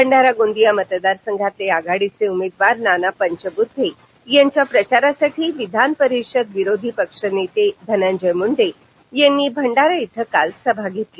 भंडारा गोंदिया मतदारसंघातले आघाडीचे उमेदवार नाना पंचबूद्धे यांच्या प्रचारासाठी विधान परिषद विरोधी पक्षनेते धनंजय मुंडे यांनी भंडारा इथ काल सभा घेतली